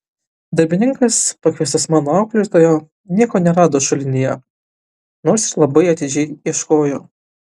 darbininkas pakviestas mano auklėtojo nieko nerado šulinyje nors ir labai atidžiai ieškojo